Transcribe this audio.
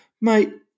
mate